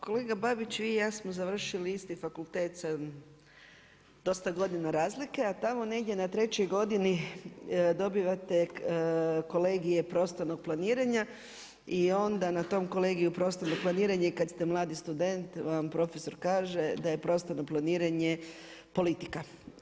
Kolega Babić vi i ja smo završili isti fakultet sa dosta godina razlike a tamo negdje na 3.-oj godini dobivate kolegije prostornog planiranja i onda na tom kolegiju prostornog planiranja i kada ste mladi student vam profesor kaže da je prostorno planiranje politika.